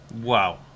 Wow